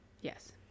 yes